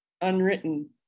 unwritten